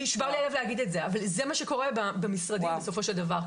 נשבר לי הלב להגיד את זה אבל זה מה שקורה במשרדים בסופו של דבר,